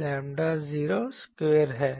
lambda 0 square है